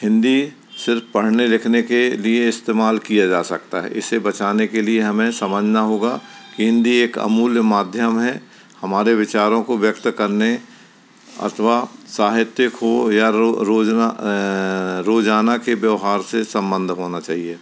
हिन्दी सिर्फ पढ़ने लिखने के लिए इस्तेमाल किया जा सकता है इसे बचाने के लिए हमे समझना होगा कि हिन्दी एक अमूल्य माध्यम है हमारे विचारों को व्यक्त करने अथवा साहित्य को या रोजना रोजाना के व्यवहार से संबंध होना चाहिए